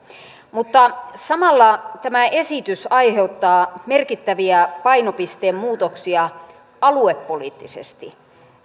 mutta samalla tämä esitys aiheuttaa merkittäviä painopisteen muutoksia aluepoliittisesti